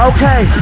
Okay